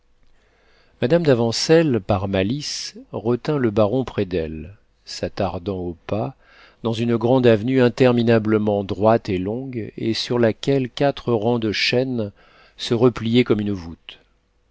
mme d'avancelles par malice retint le baron près d'elle s'attardant au pas dans une grande avenue interminablement droite et longue et sur laquelle quatre rangs de chênes se repliaient comme une voûte